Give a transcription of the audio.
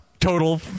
Total